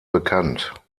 bekannt